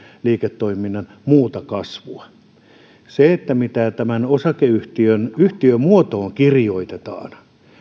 liiketoiminnan muuta kasvua se mitä tämän osakeyhtiön yhtiömuotoon kirjoitetaan